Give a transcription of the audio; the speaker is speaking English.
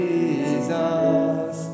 Jesus